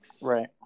Right